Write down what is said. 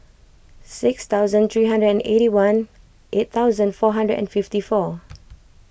six thousand three hundred and eighty one eight thousand four hundred and fifty four